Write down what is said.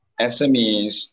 SMEs